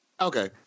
Okay